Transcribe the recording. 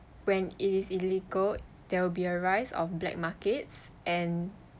when it is illegal there will be a rise of black markets and